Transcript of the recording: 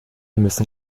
müssen